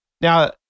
Now